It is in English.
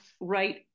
right